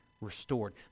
restored